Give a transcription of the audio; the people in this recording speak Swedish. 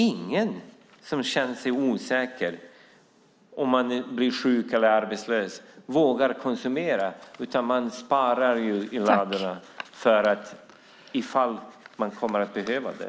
Ingen som känner sig osäker på vad som händer om man blir sjuk eller arbetslös vågar konsumera, utan man sparar i ladorna för att man kanske kommer att behöva det.